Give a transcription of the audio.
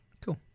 Cool